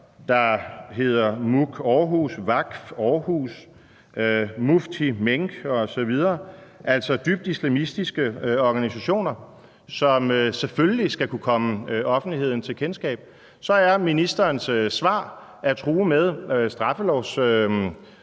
der hedder Muc Aarhus, Wakf Aarhus, Mufti Menk osv., altså dybt islamistiske organisationer, hvilket selvfølgelig skal kunne komme til offentlighedens kendskab. Ministerens svar er så at true med straffelovsreaktioner